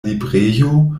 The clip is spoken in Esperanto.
librejo